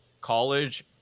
college